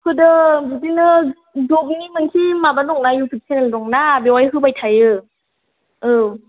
होदों बिदिनो ब्लकनि मोनसे माबा दं ना इउ टियुब सेनेल दं ना बेवहाय होबाय थायो औ